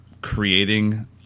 creating